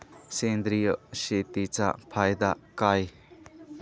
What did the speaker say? सेंद्रिय शेतीचा फायदा काय?